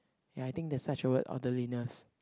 ya I think there's such a word orderliness